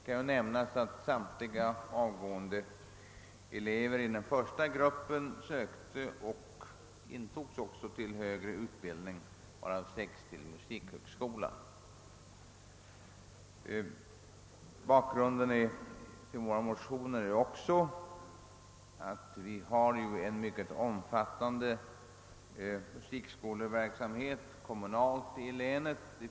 Det kan nämnas att Ett annat motiv är att det bedrivs en mycket omfattande kommunal musikskoleverksamhet i länet.